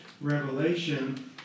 revelation